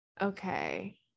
Okay